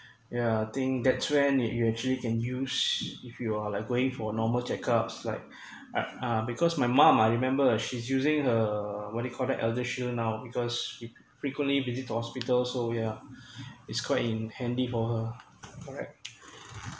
yeah think that's when you actually can use if you are like going for normal check up it's like uh because my mom I remember she's using her what you call that elder shield now now because she frequently visit the hospital so yeah it's quite in handy for her correct